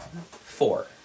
four